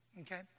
okay